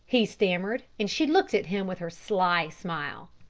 he stammered, and she looked at him with her sly smile.